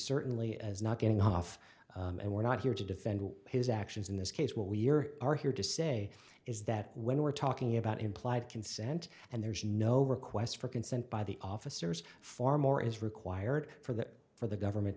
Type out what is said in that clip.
certainly is not getting off and we're not here to defend his actions in this case what we are are here to say is that when we're talking about implied consent and there's no request for consent by the officers for more is required for that for the government